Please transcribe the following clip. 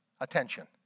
attention